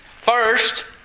First